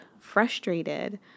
frustrated